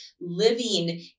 living